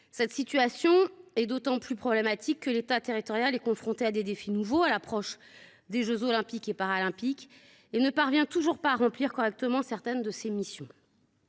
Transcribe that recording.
Cette situation est d’autant plus problématique que l’État territorial est confronté à des défis nouveaux à l’approche des jeux Olympiques et Paralympiques et ne parvient toujours pas à remplir correctement certaines de ses missions.